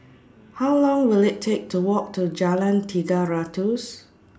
How Long Will IT Take to Walk to Jalan Tiga Ratus